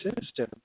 system